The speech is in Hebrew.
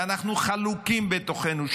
אנחנו חלוקים בתוכנו,